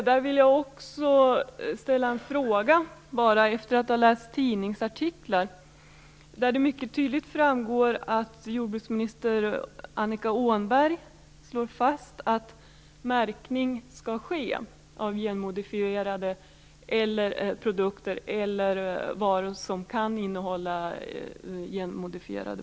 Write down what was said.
Jag vill också ställa en fråga. I tidningsartiklar har det tydligt framgått att jordbruksminister Annika Åhnberg slår fast att märkning av genmodifierade produkter eller varor som kan innehålla sådana skall ske.